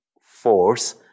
force